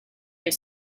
your